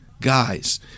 guys